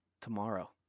tomorrow